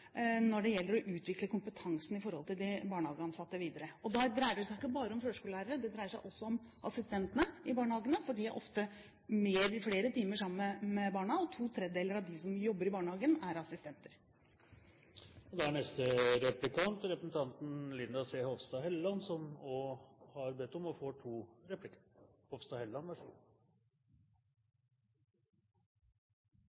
når det gjelder å utvikle kompetansen til de barnehageansatte videre. Da dreier det seg ikke bare om førskolelærerne, det dreier seg også om assistentene i barnehagene, for de er ofte flere timer sammen med barna, og to tredjedeler av dem som jobber i barnehagene, er assistenter. Vi kan lese i avisen om at sentrale arbeiderpartirepresentanter med ansvar for familiepolitikken her på Stortinget ønsker tvungen barnehage. Så vidt jeg husker, har også statsråden uttalt at man er positiv til å